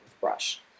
brush